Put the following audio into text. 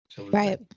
right